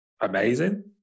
amazing